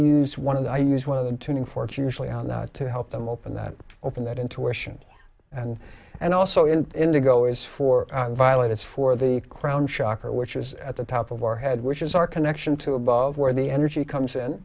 the i use one of the tuning fork usually on the to help them open that open that intuition and and also in indigo is for violet it's for the crown shocker which is at the top of our head which is our connection to above where the energy comes in